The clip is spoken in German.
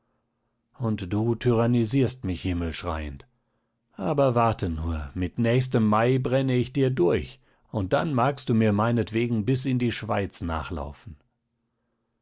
und du tyrannisierst mich himmelschreiend aber warte nur mit nächstem mai brenne ich dir durch und dann magst du mir meinetwegen bis in die schweiz nachlaufen